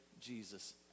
Jesus